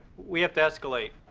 we have to escalate.